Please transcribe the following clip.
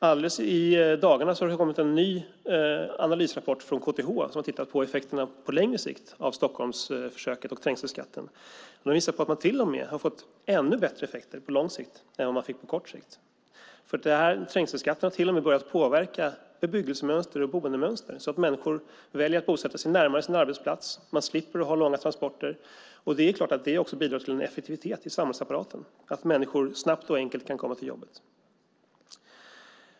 Alldeles i dagarna har det kommit en ny analysrapport från KTH där man har tittat på effekterna på längre sikt av Stockholmsförsöket och trängselskatten. Den visar på att man till och med har fått ännu bättre effekt på lång sikt än man fick på kort sikt. Trängselskatten har till och med börjat påverka bebyggelsemönster och boendemönster så att människor väljer att bosätta sig närmare sin arbetsplats. De slipper långa transporter. Det är klart att det också bidrar till en effektivitet i samhällsapparaten att människor snabbt och enkelt kan komma till jobbet.